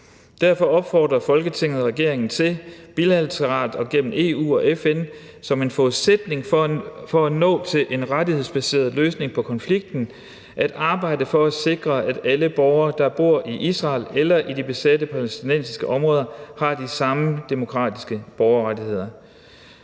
Derfor opfordrer Folketinget regeringen til bilateralt og gennem EU og FN – som en forudsætning for at nå til en rettighedsbaseret løsning på konflikten – at arbejde for at sikre, at alle borgere, der i dag bor i Israel eller i de besatte palæstinensiske områder, har de samme demokratiske borgerrettigheder«